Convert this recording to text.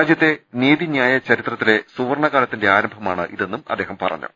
രാജ്യത്തെ നീതി ന്യായ ചരിത്രത്തിലെ സുവർണകാലത്തിന്റെ ആരംഭമാണ് ഇതെന്നും അദ്ദേഹം പറഞ്ഞു